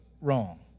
wrong